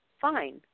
fine